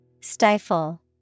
Stifle